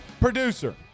Producer